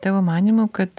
tavo manymu kad